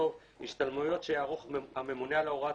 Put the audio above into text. נכתוב "השתלמויות שיערוך הממונה על הוראת